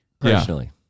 personally